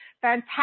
fantastic